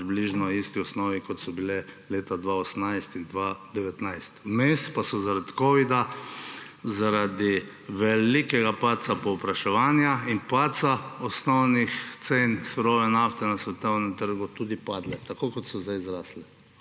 približno isti osnovi, kot so bile leta 2018 in 2019. Vmes pa so, zaradi covida, zaradi velikega padca povpraševanja in padca osnovnih cen surove nafte na svetovnem trgu tudi padle tako, kot so sedaj zrastle.